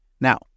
Now